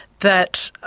that